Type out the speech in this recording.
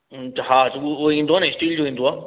हा उहो ईंदो आहे न स्टील जो ईंदो आहे